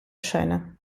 scena